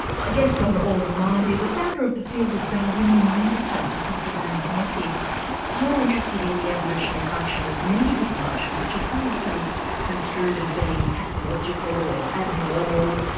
my guest on all in the mind is a founder of the field of darwinian medicine, professor randolph nesse. yeah you're interested in the evolutionary function of negative emotions which are so often construed as being pathological or abnormal,